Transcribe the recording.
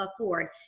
afford